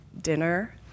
dinner